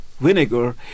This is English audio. vinegar